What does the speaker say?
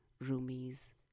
rumi's